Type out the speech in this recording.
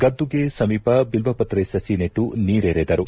ಗದ್ದುಗೆ ಸಮೀಪ ಬಿಲ್ವಪತ್ರೆ ಸು ನೆಟ್ಟು ನೀರೆರೆದರು